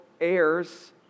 heirs